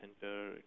center